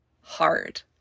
hard